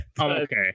okay